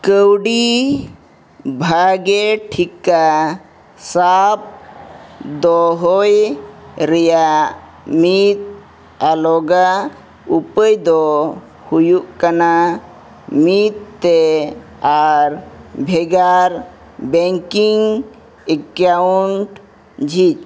ᱠᱟᱹᱣᱰᱤ ᱵᱷᱟᱜᱮ ᱴᱷᱤᱠᱟ ᱥᱟᱵ ᱫᱚᱦᱚᱭ ᱨᱮᱭᱟᱜ ᱢᱤᱫ ᱟᱞᱚᱜᱟ ᱩᱯᱟᱹᱭ ᱫᱚ ᱦᱩᱭᱩᱜ ᱠᱟᱱᱟ ᱢᱤᱫ ᱛᱮ ᱟᱨ ᱵᱷᱮᱜᱟᱨ ᱡᱷᱤᱡ